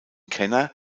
kenner